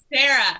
Sarah